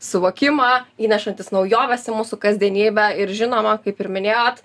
suvokimą įnešantis naujoves į mūsų kasdienybę ir žinoma kaip ir minėjot